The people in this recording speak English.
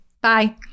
bye